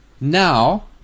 Now